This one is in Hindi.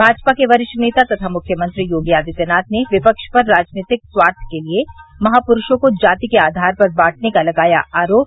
भाजपा के वरिष्ठ नेता तथा मुख्यमंत्री योगी आदित्यनाथ ने विपक्ष पर राजनीतिक स्वार्थ के लिये महापुरूषों को जाति के आधार पर बांटने का लगाया आरोप